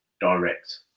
direct